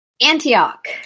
Antioch